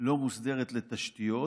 לא מוסדרת לתשתיות,